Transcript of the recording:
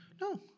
No